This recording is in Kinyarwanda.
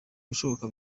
ibishoboka